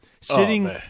sitting